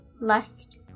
lust